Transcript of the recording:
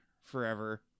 forever